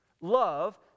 Love